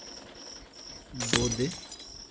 বোঁদে